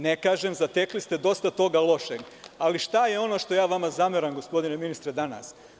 Ne kažem, zatekli ste dosta toga lošeg, ali šta je ono što ja vama zameram gospodine ministre danas?